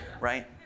right